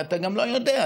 ואתה גם לא יודע,